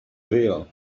veo